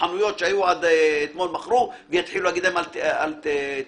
חנויות שעד אתמול מכרו ויגידו להם: אל תמכרו.